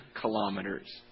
kilometers